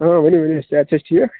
ٲں ؤنِو ؤنِو صحت چھِ حظ ٹھیٖک